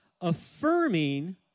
affirming